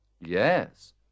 Yes